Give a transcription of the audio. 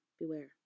beware